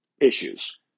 issues